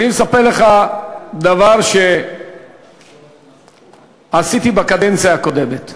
אני מספר לך דבר שעשיתי בקדנציה הקודמת.